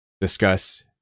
discuss